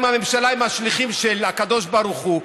הממשלה עם השליחים של הקדוש ברוך הוא,